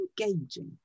engaging